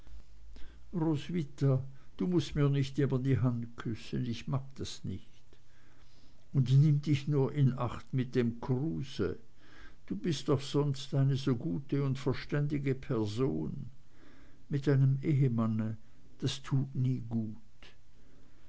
roswitha du mußt mir nicht immer die hand küssen ich mag das nicht und nimm dich nur in acht mit dem kruse du bist doch sonst eine so gute und verständige person mit einem ehemann das tut nie gut